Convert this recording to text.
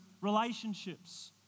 relationships